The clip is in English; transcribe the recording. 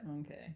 okay